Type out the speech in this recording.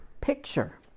picture